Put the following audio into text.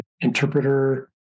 interpreter